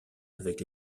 avec